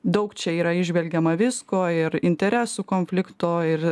daug čia yra įžvelgiama visko ir interesų konflikto ir